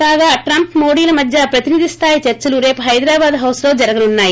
కాగా ట్రంప్ మోడీల మధ్య ప్రతినిధి స్థాయి చర్చలు రేపు హైదరాబాద్ హౌస్లో జరగనున్నాయి